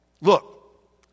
Look